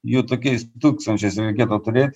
jų tokiais tūkstančiais reikėtų turėt